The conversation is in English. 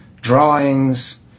drawings